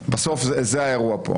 בסוף, זה האירוע פה.